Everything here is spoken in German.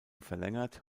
verlängert